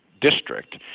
district